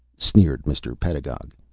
sneered mr. pedagog.